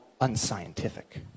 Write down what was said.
unscientific